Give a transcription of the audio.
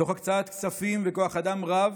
תוך הקצאת כספים וכוח אדם רב,